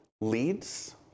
leads